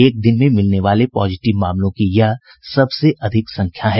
एक दिन में मिलने वाले पॉजिटिव मामलों की यह सबसे अधिक संख्या है